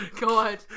god